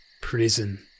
prison